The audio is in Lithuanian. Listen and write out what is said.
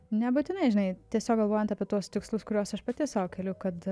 nebūtinai žinai tiesiog galvojant apie tuos tikslus kuriuos aš pati sau keliu kad